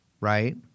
right